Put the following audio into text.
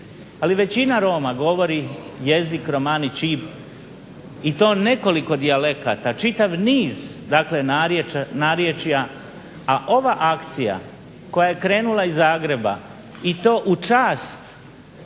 ali većina Roma govori jezik romanichip i to nekoliko dijalekata, čitav niz dakle narječja. A ova akcija koja je krenula iz Zagreba i to u čast